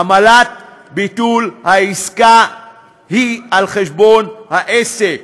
עמלת ביטול העסקה היא על חשבון העסק.